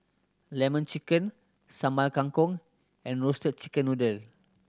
Lemon Chicken Sambal Kangkong and Roasted Chicken Noodle